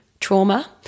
trauma